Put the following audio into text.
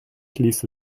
ließe